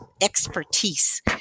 expertise